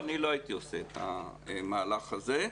לא הייתי עושה את המהלך הזה,